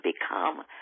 become